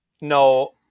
no